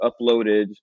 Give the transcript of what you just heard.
uploaded